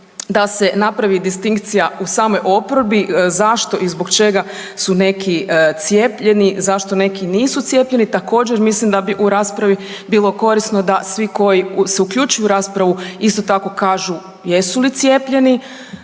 da se napravi distinkcija u samoj oporbi, zašto i zbog čega su neki cijepljeni, zašto neki nisu cijepljeni, također mislim da bi u raspravi bilo korisno da svi koji se uključuju u raspravu, isto tako kažu jesu li cijepljeni,